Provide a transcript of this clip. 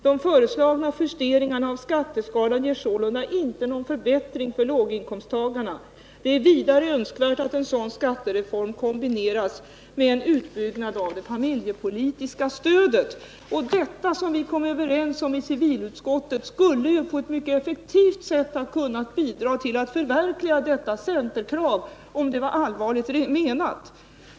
De föreslagna justeringarna av skatteskalan ger sålunda Fredagen den inte någon förbättring för låginkomsttagarna. ———- Det är vidare önskvärt att 15 december 1978 en sådan skattereform kombineras med en utbyggnad av det familjepolitiska stödet.” Det som vi kom överens om i civilutskottet skulle på ett mycket effektivt sätt ha kunnat bidra till att förverkliga detta centerkrav, om det varit allvarligt menat.